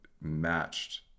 matched